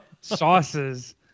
sauces